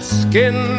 skin